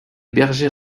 bergers